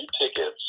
tickets